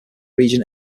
region